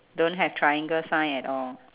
don't have triangle sign at all